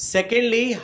Secondly